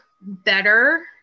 better